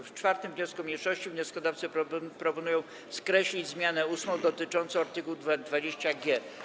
W 4. wniosku mniejszości wnioskodawcy proponują skreślić zmianę 8. dotyczącą art. 20g.